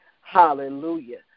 Hallelujah